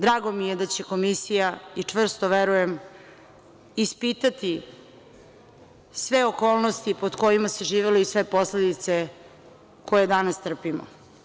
Drago mi je da će komisija, i čvrsto verujem, ispitati sve okolnosti pod kojima se živelo i sve posledice koje danas trpimo.